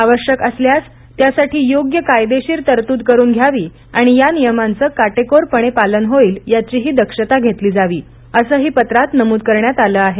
आवश्यक असल्यास त्यासाठी योग्य कायदेशीर तरतूद करून घ्यावी आणि या नियमांचं काटेकोरपणे पालन होईल याचीही दक्षता घेतली जावी असंही पत्रात नमूद करण्यात आलं आहे